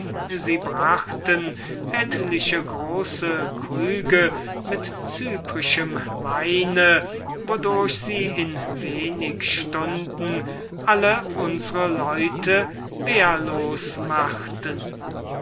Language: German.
sie brachten etliche große krüge mit cyprischem weine wodurch sie in wenig stunden alle unsre leute wehrlos machten